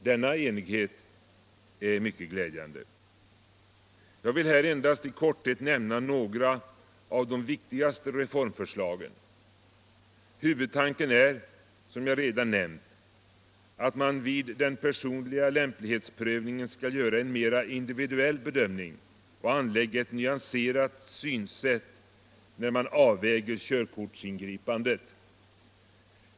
Denna enighet är mycket glädjande. Jag vill här endast i korthet nämna några av de viktigaste reform Huvudtanken är, som jag redan nämnt, att man vid den personliga lämplighetsprövningen skall göra en mera individuell bedömning och anlägga ett nyanserat synsätt när man avväger körkortsingripandet.